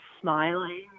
smiling